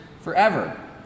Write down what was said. forever